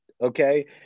okay